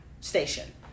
station